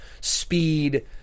Speed